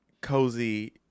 Cozy